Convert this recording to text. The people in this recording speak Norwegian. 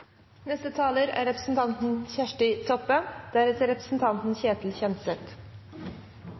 Neste taler er representanten Kjersti Toppe